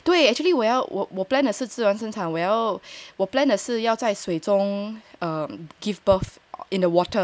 对 actually 我 plan 的是自然生产我 plan 的是要在水中 um give birth in the water